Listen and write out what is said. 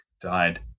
died